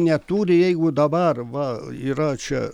neturi jeigu dabar va yra čia